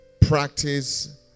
practice